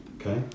Okay